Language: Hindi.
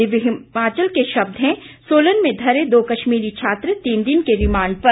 दिव्य हिमाचल के शब्द हैं सोलन में धरे दो कश्मीरी छात्र तीन दिन के रिमांड पर